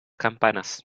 campanas